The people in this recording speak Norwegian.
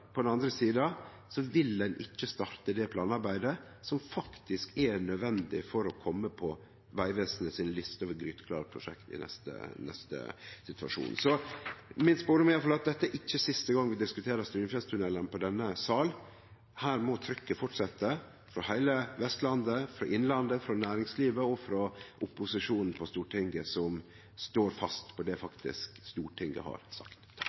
På den andre sida vil ein ikkje starte det planarbeidet som faktisk er nødvendig for å kome på Vegvesenets liste over gryteklare prosjekt i neste situasjon. Min spådom er i alle fall at dette ikkje er siste gong vi diskuterer strynefjellstunnelane i denne salen. Her må trykket fortsetje frå heile Vestlandet, frå Innlandet, frå næringslivet og frå opposisjonen på Stortinget, som står fast på det Stortinget faktisk har sagt.